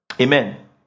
amen